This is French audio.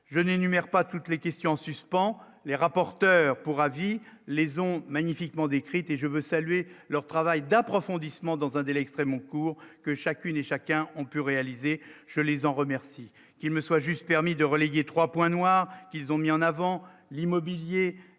je n'énumère pas toutes les questions en suspens, les rapporteurs pour avis les ont magnifiquement décrite et je veux saluer leur travail d'approfondissement dans un délai extrêmement court que chacune et chacun ont pu réaliser, je les en remercie, qu'il me soit juste permis de reléguer 3 points noirs, ils ont mis en avant, l'immobilier,